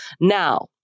Now